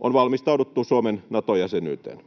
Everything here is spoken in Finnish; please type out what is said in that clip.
On valmistauduttu Suomen Nato-jäsenyyteen.